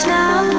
now